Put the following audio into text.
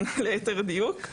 ליתר דיוק.